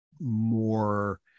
more